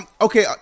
Okay